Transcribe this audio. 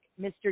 Mr